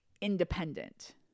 independent